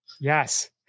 Yes